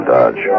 Dodge